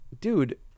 dude